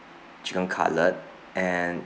chicken cutlet and